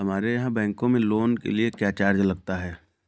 हमारे यहाँ बैंकों में लोन के लिए क्या चार्ज लगता है?